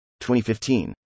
2015